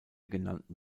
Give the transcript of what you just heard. genannten